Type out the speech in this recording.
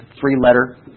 Three-letter